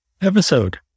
episode